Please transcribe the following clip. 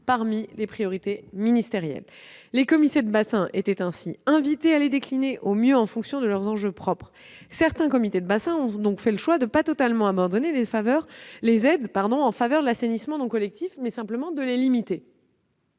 parmi les priorités ministérielles. Les comités de bassin étaient ainsi invités à les décliner au mieux en fonction de leurs enjeux propres. Certains d'entre eux ont fait le choix de ne pas totalement abandonner les aides en faveur de l'assainissement non collectif, mais de les limiter.